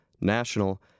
national